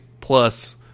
plus